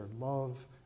love